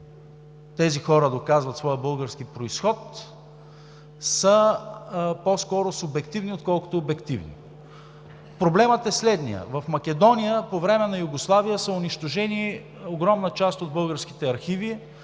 тези хора доказват своя български произход, са по-скоро субективни, отколкото обективни. Проблемът е следният. В Македония – по време на Югославия, са унищожени огромна част от българските архиви